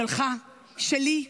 שלך, הוא שלי,